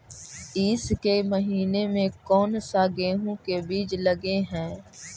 ईसके महीने मे कोन सा गेहूं के बीज लगे है?